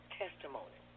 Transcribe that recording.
testimony